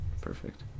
Perfect